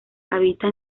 habita